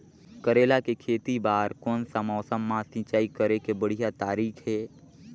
करेला के खेती बार कोन सा समय मां सिंचाई करे के बढ़िया तारीक हे?